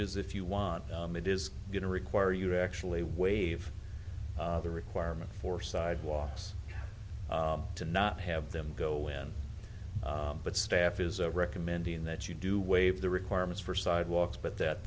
is if you want it is going to require you to actually waive the requirement for sidewalks to not have them go in but staff is recommending that you do waive the requirements for sidewalks but that